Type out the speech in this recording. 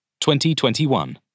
2021